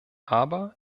aber